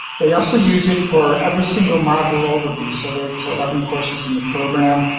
they also use it for every single module overview. so there's eleven courses in the program,